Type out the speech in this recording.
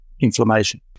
inflammation